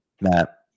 Matt